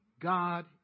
God